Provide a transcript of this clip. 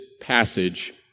passage